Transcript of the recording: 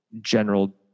general